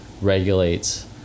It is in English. regulates